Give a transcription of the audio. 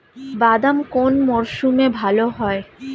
বাদাম কোন মরশুমে ভাল হয়?